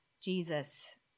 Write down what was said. Jesus